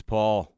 Paul